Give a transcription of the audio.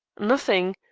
nothing.